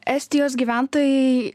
estijos gyventojai